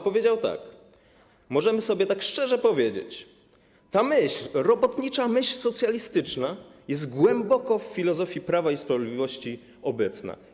Powiedział tak: Możemy sobie tak szczerze powiedzieć, że ta myśl, robotnicza myśl socjalistyczna, jest głęboko w filozofii Prawa i Sprawiedliwości obecna.